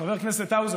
חבר הכנסת האוזנר,